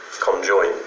conjoined